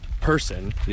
person